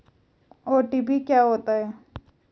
OTP क्या होता है?